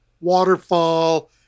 waterfall